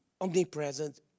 omnipresent